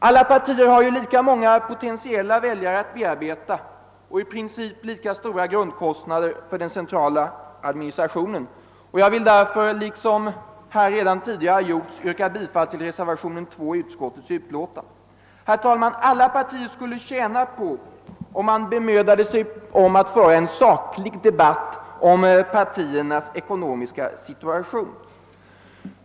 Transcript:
Alla partier har lika många potentiella väljare att bearbeta och i princip lika stora grundkostnader för den centrala administrationen. Jag vill därför instämma i det yrkande om bifall till reservationen 2 som har framställts. Alla partier skulle tjäna på att man bemödade sig om att föra en saklig debatt om partiernas ekonomiska situation.